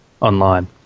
online